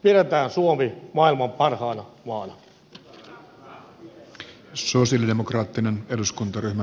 pidetään suomi maailman parhaana maana